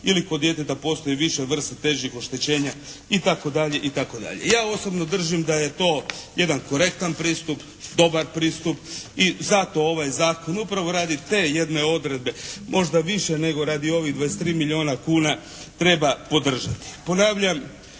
ili kod djeteta postoji više vrsta težih oštećenja itd. itd. Ja osobno držim da je to jedan korektan pristup, dobar pristup i zato ovaj zakon upravo radi te jedne odredbe možda više nego radi ovih 23 milijuna kuna treba podržati. Ponavljam,